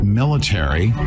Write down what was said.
military